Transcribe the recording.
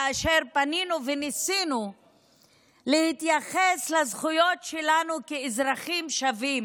כאשר פנינו וניסינו להתייחס לזכויות שלנו כאזרחים שווים,